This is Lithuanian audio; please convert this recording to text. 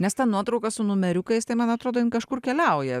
nes ta nuotrauka su numeriukais tai man atrodo jin kažkur keliauja